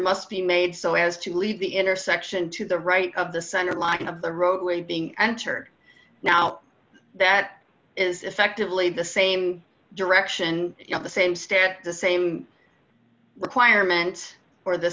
must be made so as to leave the intersection to the right of the center line of the roadway being entered now that is effectively the same direction you know the same stare the same requirement for the